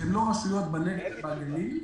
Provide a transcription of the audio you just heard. שהן לא בנגב ובגליל,